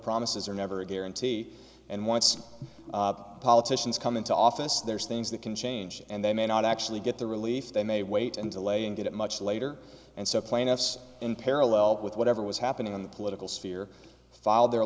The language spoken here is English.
promises are never a guarantee and once politicians come into office there's things that can change and they may not actually get the relief they may wait until a and get it much later and so plaintiffs in parallel with whatever was happening in the political sphere filed their